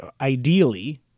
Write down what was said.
ideally